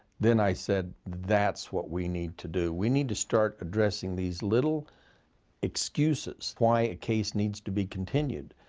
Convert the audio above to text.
then i said, that's what we need to do. we need to start addressing these little excuses why a case needs to be continued.